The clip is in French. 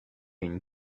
une